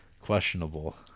questionable